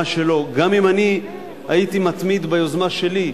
שלו גם אם אני הייתי מתמיד ביוזמה שלי,